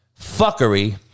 fuckery